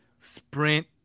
sprint